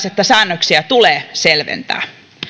että säännöksiä tulee selventää